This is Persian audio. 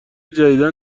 جدیدا